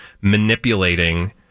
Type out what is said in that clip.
manipulating